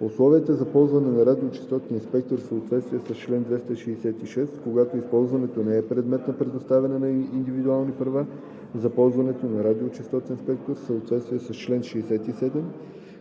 условия за използване на радиочестотния спектър в съответствие с чл. 266, когато използването не е предмет на предоставяне на индивидуални права за ползване на радиочестотен спектър в съответствие с чл. 67